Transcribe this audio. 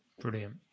Brilliant